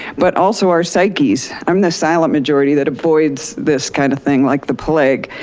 but also our psyches. i'm the silent majority that avoids this kind of thing like the plague.